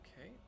Okay